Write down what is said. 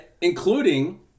Including